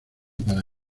para